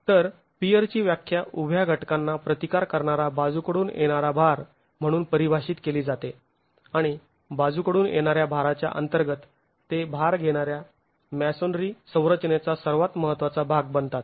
तर पियरची व्याख्या उभ्या घटकांना प्रतिकार करणारा बाजूकडून येणारा भार म्हणून परिभाषित केली जाते आणि बाजूकडून येणाऱ्या भाराच्या अंतर्गत ते भार घेणाऱ्या मेसोनेरी संरचनेचा सर्वात महत्त्वाचा भाग बनतात